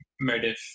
Motive